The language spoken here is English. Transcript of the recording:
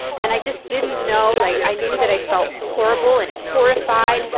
and i just didn't know, like i knew that i felt horrible and horrified,